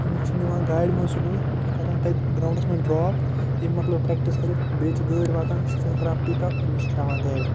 أمِس چھِ نِوان گاڑِ منٛز صُبحٲے کَران تَتہِ گرٛاوُنٛڈَس منٛز ڈرٛاپ أمۍ مۄکلٲو پرٛٮ۪کٹِس کٔرِتھ بیٚیہِ چھِ گٲڑۍ واتان سُہ چھِ کَران پِک اَپ أمِس چھِ ترٛاوان گَرِ